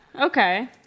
okay